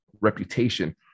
reputation